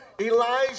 Elijah